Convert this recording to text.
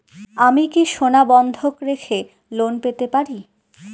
আমি কি সোনা বন্ধক রেখে লোন পেতে পারি?